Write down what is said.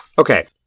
Okay